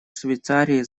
швейцарии